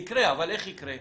יקרה, אבל איך יקרה?